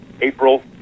april